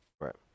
Right